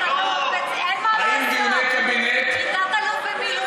אבל אין מה לעשות, הוא תת-אלוף במילואים.